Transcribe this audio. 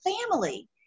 family